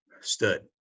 stood